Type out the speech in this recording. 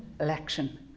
election